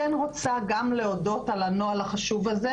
רוצה גם להודות על הנוהל החשוב הזה,